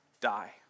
die